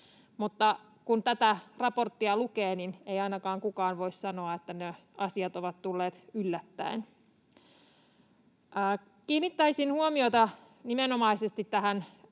kun tätä raporttia lukee, ei kukaan voi ainakaan sanoa, että ne asiat ovat tulleet yllättäen. Kiinnittäisin huomiota nimenomaisesti